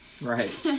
Right